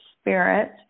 spirit